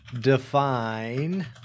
define